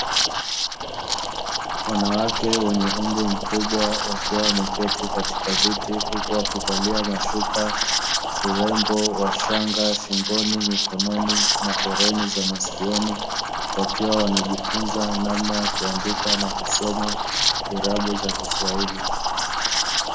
Wanawake wenye umri mkubwa wakiwa wameketi katika viti huku wakivalia mashuka, urembo wa shanga shingoni, mikononi na hereni za masikioni wakiwa wanajifunza namna ya kuandika na kusoma irabu za kiswahili.